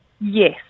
Yes